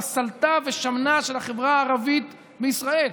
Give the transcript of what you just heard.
על הסולתה ושמנה של החברה הערבית בישראל.